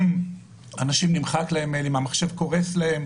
לאנשים נמחק מייל, המחשב קורס להם,